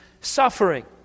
suffering